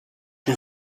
gün